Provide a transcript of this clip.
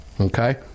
Okay